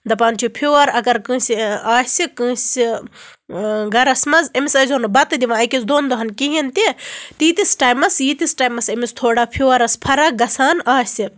دَپان چھِ فِوَر اَگَر کٲنٛسہِ آسہِ کٲنٛسہِ گَرَس مَنٛز أمِس ٲسۍزیٚو نہٕ بَتہٕ دِوان أکِس دۄن دۅہَن کِہیٖنٛۍ تہِ تیٖتِس ٹایمَس ییٖتِس ٹایمَس أمِس تھوڑا فِوَرَس فرق گژھان آسہِ